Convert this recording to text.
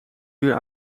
uur